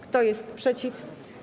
Kto jest przeciw?